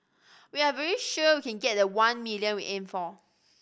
we are very sure we can get the one million we aimed for